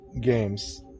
games